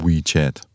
WeChat